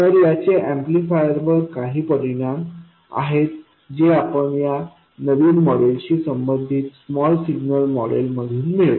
तर याचे ऍम्प्लिफायर वर काही परिणाम आहेत जे आपण या नवीन मॉडेलशी संबंधित स्मॉल सिग्नल मॉडेल मधून मिळवू